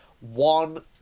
one